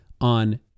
on